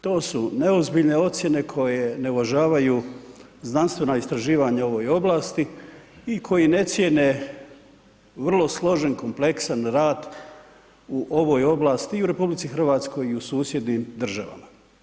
To su neozbiljne ocjene koje ne uvažavaju znanstvena istraživanja u ovoj oblasti i koji ne cijene vrlo složen, kompleksan rad u ovoj oblasti i u Republici Hrvatskoj i u susjednim državama.